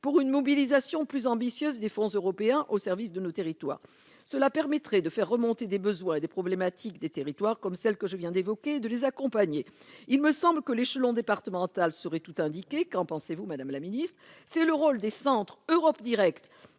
pour une mobilisation plus ambitieuse des fonds européens au service de nos territoires, cela permettrait de faire remonter des besoins et des problématiques des territoires comme celle que je viens d'évoquer, de les accompagner, il me semble que l'échelon départemental serait tout indiqué, qu'en pensez-vous Madame la Ministre, c'est le rôle des centres Europe directe